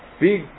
big